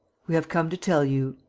we have come to tell you.